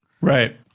Right